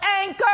anchor